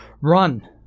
Run